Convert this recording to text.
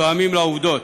תואמים את העובדות.